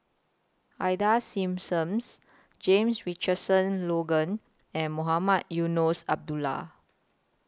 Ida Simmons James Richardson Logan and Mohamed Eunos Abdullah